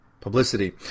publicity